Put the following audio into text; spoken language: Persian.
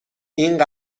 این